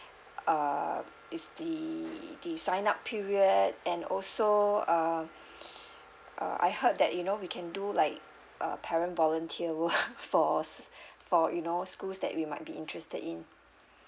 uh it's the the sign up period and also so uh uh I heard that you know we can do like a parent volunteer work for s~ for you know schools that we might be interested in